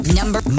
number